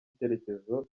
icyerekezo